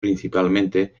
principalmente